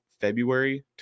February